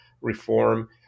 reform